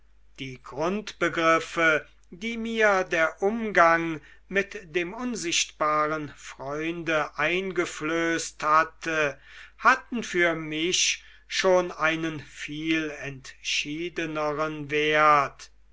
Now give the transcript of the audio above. die grundbegriffe die mir der umgang mit dem unsichtbaren freunde eingeflößt hatte hatten für mich schon einen viel entschiedenern wert